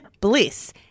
Bliss